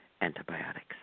antibiotics